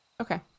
okay